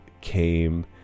came